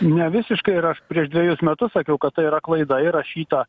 ne visiškai ir aš prieš dvejus metus sakiau kad tai yra klaida įrašyta